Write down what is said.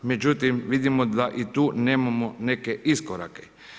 Međutim, vidimo da i tu nemamo neke iskorake.